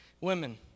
Women